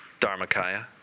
Dharmakaya